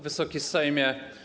Wysoki Sejmie!